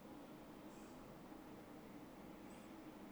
oh in army ah